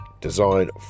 design